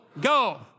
go